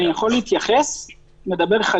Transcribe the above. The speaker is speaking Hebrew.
אני חושב שהניסוח המקורי לא מונע את מה שאת מדברת עליו.